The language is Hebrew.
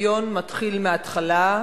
השוויון מתחיל מההתחלה.